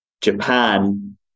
Japan